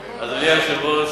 בן-ערובה אדוני היושב-ראש,